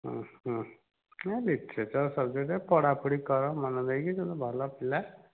ହଁ ହଁ ନା ବିଶେଷ ସବଜେକ୍ଟ ପଢ଼ା ପଢ଼ି କର ମନ ଦେଇକି ତୁ ତ ଭଲ ପିଲା